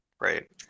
right